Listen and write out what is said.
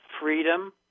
freedom